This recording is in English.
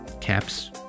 caps